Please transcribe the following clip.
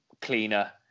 cleaner